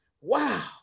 wow